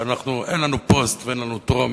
שאין לנו פוסט ואין לנו טרום,